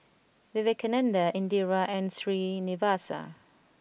Vivekananda Indira and Srinivasa